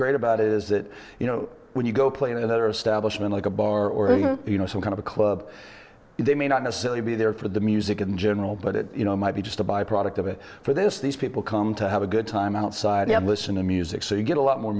great about it is that you know when you go play in another establishment like a bar or you know some kind of a club they may not necessarily be there for the music in general but it might be just a byproduct of it for this these people come to have a good time outside and listen to music so you get a lot more